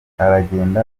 aragenda